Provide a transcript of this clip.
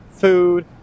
food